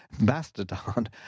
Mastodon